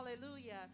hallelujah